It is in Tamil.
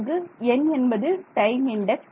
இங்கு n என்பது டைம் இன்டெக்ஸ்